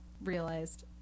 realized